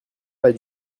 pas